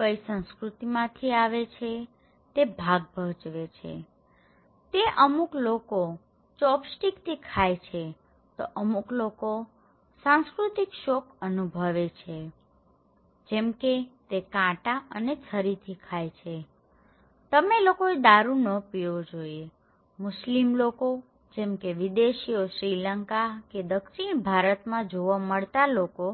તેઓ કઈ સઁસ્કૃતિમાંથી આવે છે તે ભાગ ભજવે છેતો અમુક લોકો ચોપસ્ટિક થી ખાય છેતો અમુક લોકો સાંસ્કૃતિક શોક અનુભવે છે જેમકે તે કાંટા અને છરીથી ખાય છેતમારે લોકોએ દારૂ ન પીવો જોઈએમુસ્લિમ લોકો જેમકે વિદેશીઓ શ્રીલંકા કે દક્ષિણ ભારતમાં જોવા મળતા લોકો